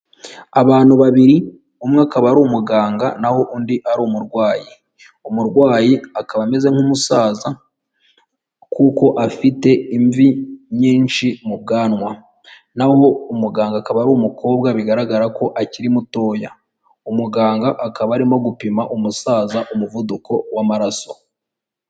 Abantu babiri umwe akaba ari umuganga naho undi ari umurwayi, umurwayi akaba ameze nk'umusaza kuko afite imvi nyinshi mu bwanwa, naho umuganga akaba ari umukobwa bigaragara ko akiri mutoya, umuganga akaba arimo gupima umusaza umuvuduko w'amaraso.